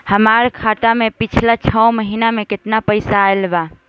हमरा खाता मे पिछला छह महीना मे केतना पैसा आईल बा?